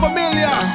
Familiar